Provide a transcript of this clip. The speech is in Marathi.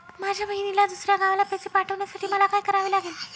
माझ्या बहिणीला दुसऱ्या गावाला पैसे पाठवण्यासाठी मला काय करावे लागेल?